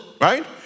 right